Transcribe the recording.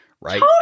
right